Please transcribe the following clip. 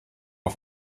auf